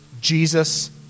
Jesus